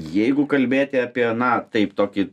jeigu kalbėti apie na taip tokį